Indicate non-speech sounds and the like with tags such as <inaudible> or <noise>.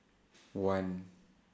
<noise> one